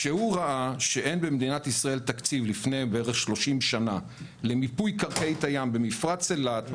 כשהוא ראה שאין במדינת ישראל תקציב למיפוי קרקעית הים במפרץ אילת,